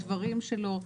הדברים שלו,